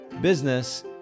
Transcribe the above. business